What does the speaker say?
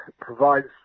provides